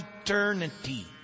eternity